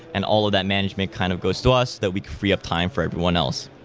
and all of that management kind of goes to us that we could free up time for one else.